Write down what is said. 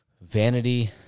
Vanity